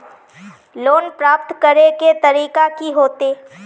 Loan प्राप्त करे के तरीका की होते?